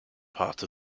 part